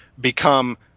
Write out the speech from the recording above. become